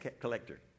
collector